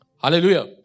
Hallelujah